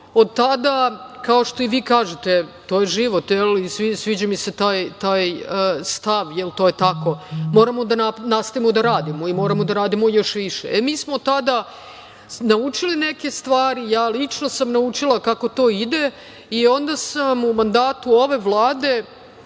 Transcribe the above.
od tada, kao što i vi kažete, to je život, i sviđa mi se taj stav, jer to je tako. Moramo da nastavimo da radimo i moramo da radimo još više. Mi smo tada naučili neke stvari, ja lično sam naučila kako to ide, i onda sam u mandatu ove Vlade